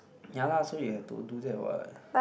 ya lah so you have to do that what